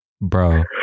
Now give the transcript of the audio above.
bro